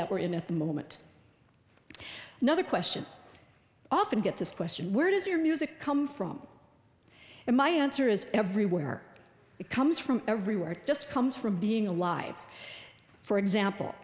that we're in at the moment another question often get this question where does your music come from and my answer is everywhere it comes from everywhere it just comes from being alive for example